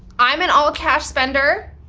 i'm an all cash spender,